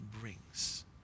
brings